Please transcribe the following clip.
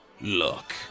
Look